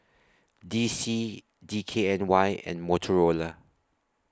D C D K N Y and Motorola